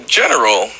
general